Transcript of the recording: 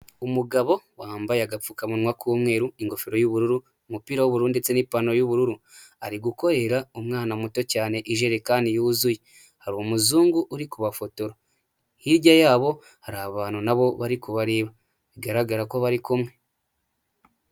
Umugabo wambaye agapfukamunwa k'umweru, ingofero y'ubururu, umupira w'ubururu ndetse n'ipantaro y'ubururu, ari gukorera umwana muto cyane ijerekani yuzuye, hari umuzungu uri kubafotora. Hirya yabo hari abantu na bo bari kubareba bigaragara ko bari kumwe.